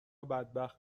بدبخت